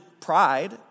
pride